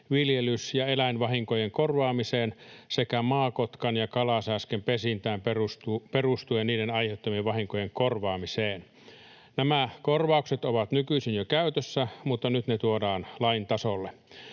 viljelys‑ ja eläinvahinkojen korvaamiseen sekä maakotkan ja kalasääsken pesintään perustuen niiden aiheuttamien vahinkojen korvaamiseen. Nämä korvaukset ovat nykyisin jo käytössä, mutta nyt ne tuodaan lain tasolle.